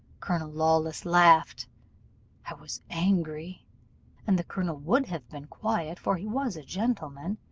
colonel lawless laughed i was angry and the colonel would have been quiet, for he was a gentleman,